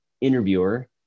interviewer